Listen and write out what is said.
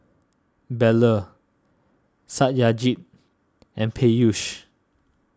Bellur Satyajit and Peyush